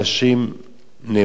ומהימנים עלי,